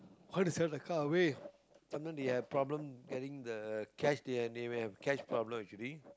want to sell the car away sometime they have problem getting the cash they have have cash problems